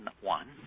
one